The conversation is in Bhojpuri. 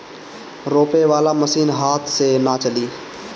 रोपे वाला मशीन हाथ से ना चली